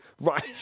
Right